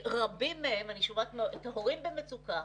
רבים מהם אני שומעת את ההורים במצוקה,